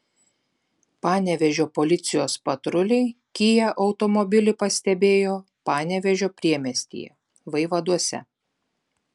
panevėžio policijos patruliai kia automobilį pastebėjo panevėžio priemiestyje vaivaduose